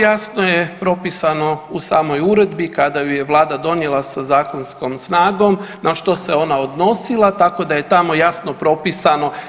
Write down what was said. Jasno je propisano u samoj uredbi kada ju je Vlada donijela sa zakonskom snagom na što se ona odnosila tako da je tamo jasno propisano.